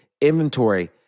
inventory